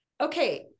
Okay